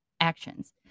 actions